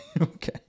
Okay